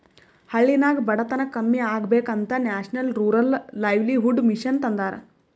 ಹಳ್ಳಿನಾಗ್ ಬಡತನ ಕಮ್ಮಿ ಆಗ್ಬೇಕ ಅಂತ ನ್ಯಾಷನಲ್ ರೂರಲ್ ಲೈವ್ಲಿಹುಡ್ ಮಿಷನ್ ತಂದಾರ